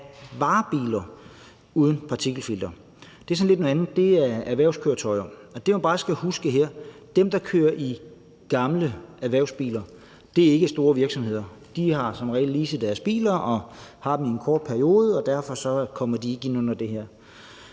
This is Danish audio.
varebiler uden partikelfilter. Det er sådan lidt noget andet. Det er erhvervskøretøjer, og det, man bare skal huske her, er, at dem, der kører i gamle erhvervsbiler, ikke er store virksomheder. Store virksomheder har som regel leaset deres biler og har dem i en kort periode, og derfor kommer de ikke ind under det her.